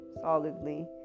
solidly